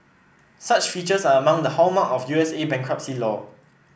such features are among the hallmark of U S A bankruptcy law